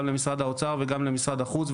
גם במשרד האוצר וגם במשרד החוץ.